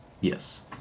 Yes